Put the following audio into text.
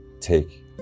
take